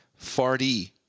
Farty